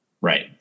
right